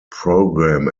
program